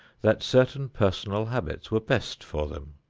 that certain personal habits were best for them,